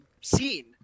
seen